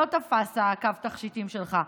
לא תפס קו התכשיטים שלך.